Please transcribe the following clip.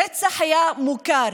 הרצח היה מוכר,